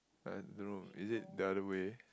I don't know is it the other way